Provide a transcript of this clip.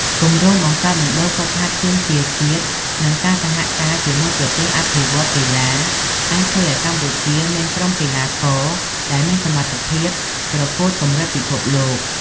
គម្រោងបង្កើតមណ្ឌលហ្វឹកហាត់ជើងទាជាតិនិងការសហការជាមួយប្រទេសអភិវឌ្ឍន៍កីឡាអាចជួយឲ្យកម្ពុជាមានក្រុមកីឡាករដែលមានសមត្ថភាពប្រកួតកម្រិតពិភពលោក។